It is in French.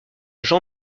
jean